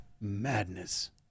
madness